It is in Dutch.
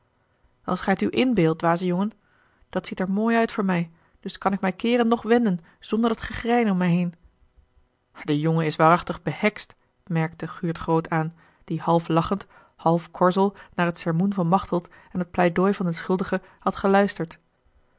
als ge t u inbeeldt dwaze jongen dat ziet er mooi uit voor mij dus kan ik mij keeren nog wenden zonder dat gegrein om mij heen de jongen is waarachtig behekst merkte guurt groot aan die half lachend half korzel naar t sermoen van machteld en t pleidooi van den schuldige had geluisterd